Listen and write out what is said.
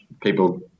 people